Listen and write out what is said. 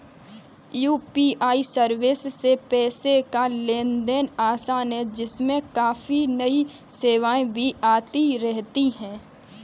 UPI service से पैसे का लेन देन आसान है इसमें काफी नई सेवाएं भी आती रहती हैं